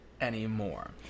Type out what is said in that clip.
anymore